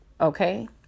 Okay